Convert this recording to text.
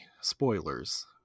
Spoilers